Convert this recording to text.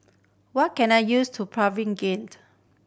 what can I used to Pregained